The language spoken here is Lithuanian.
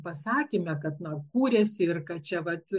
pasakyme kad kūrėsi ir kad čia vat